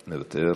מוותר,